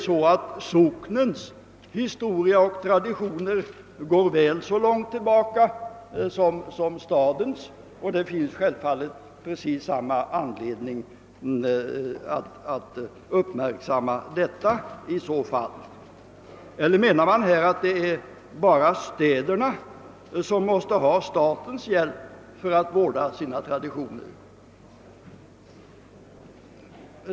Socknens historia och traditioner går väl så långt tillbaka som stadens, och det finns i så fall givetvis precis samma anledning att uppmärksamma den saken. Eller menar man att det bara är städerna som måste ha statens hjälp för att vårda sina traditioner?